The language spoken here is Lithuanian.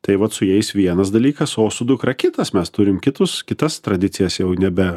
tai vat su jais vienas dalykas o su dukra kitas mes turim kitus kitas tradicijas jau nebe